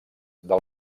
del